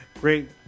great